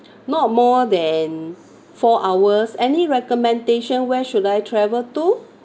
not more than four hours any recommendation where should I travel to